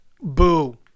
boo